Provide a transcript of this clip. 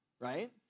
right